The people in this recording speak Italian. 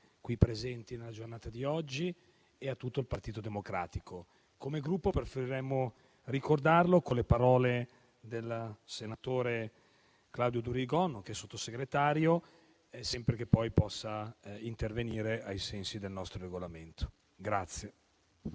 qui presenti nella giornata di oggi e di tutto il Partito Democratico. Come Gruppo preferiremmo ricordarlo con le parole del senatore Claudio Durigon, che è Sottosegretario, sempre che poi possa intervenire, ai sensi del nostro Regolamento.